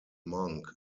monk